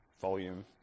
Volume